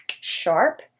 sharp